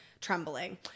trembling